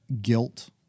guilt